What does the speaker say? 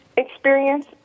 experience